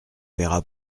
paiera